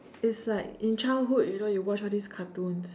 it's like in childhood you know you watch all these cartoons